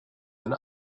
and